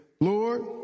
Lord